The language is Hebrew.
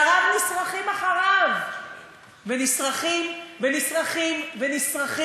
שריו נשרכים אחריו ונשרכים ונשרכים,